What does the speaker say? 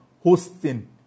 hosting